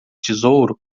tesouro